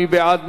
מי בעד?